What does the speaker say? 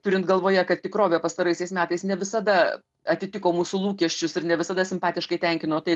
turint galvoje kad tikrovė pastaraisiais metais ne visada atitiko mūsų lūkesčius ir ne visada simpatiškai tenkino tai